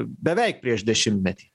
beveik prieš dešimtmetį